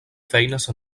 feines